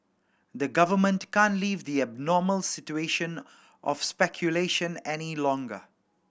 the government can't leave the abnormal situation of speculation any longer